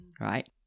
right